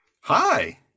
hi